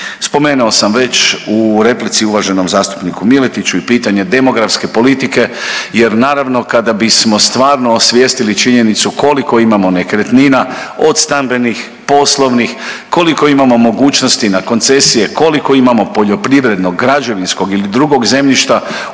Spomenuo sam već u replici uvaženom zastupniku Miletiću i pitanje demografske politike jer naravno kada bismo stvarno osvijestili činjenicu koliko imamo nekretnina od stambenih, poslovnih, koliko imamo mogućnosti na koncesije, koliko imamo poljoprivrednog, građevinskog ili drugog zemljišta